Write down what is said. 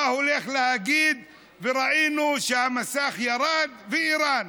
מה הוא הולך להגיד, וראינו שהמסך ירד, ואיראן.